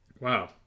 Wow